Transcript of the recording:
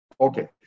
Okay